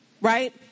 right